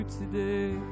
today